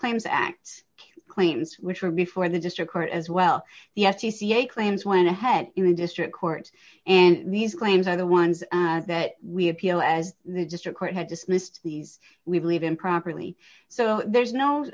claims act claims which were before the district court as well the s c c a claims went ahead in a district court and these claims are the ones that we appeal as the district court had dismissed these we believe improperly so there's no